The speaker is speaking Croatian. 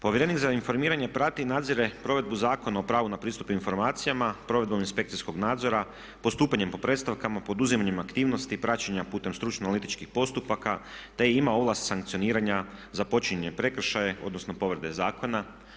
Povjerenik za informiranje prati i nadzire provedbu Zakona o pravu na pristup informacijama provedbom inspekcijskog nadzora, postupanjem po predstavkama, poduzimanjima aktivnosti, praćenja putem stručno analitičkih postupaka te ima ovlast sankcioniranja za počinjene prekršaje odnosno povrede zakona.